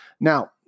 Now